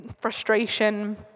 frustration